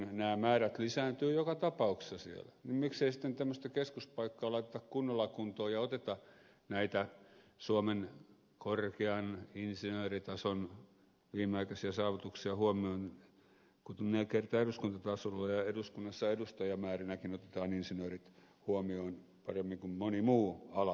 kun nämä määrät lisääntyvät joka tapauksessa siellä niin miksei sitten tämmöistä keskuspaikkaa laiteta kunnolla kuntoon ja oteta näitä suomen korkean insinööritaidon viimeaikaisia saavutuksia huomioon kun kerran eduskuntatasolla ja eduskunnassa edustajamäärinäkin otetaan insinöörit huomioon paremmin kuin moni muu ala